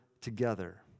together